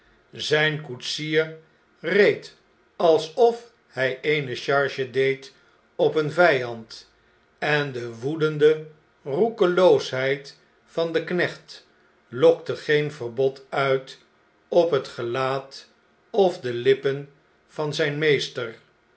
zn'n koetsier reed alsof hy eene charge deed op een vjjand en de woedende roefeloosheid van den knecht lokte geen verbod uit op het gelaat of van de lippen van zyn meester